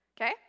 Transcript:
Okay